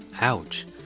ouch